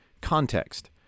context